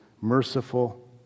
merciful